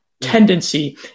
tendency